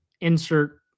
insert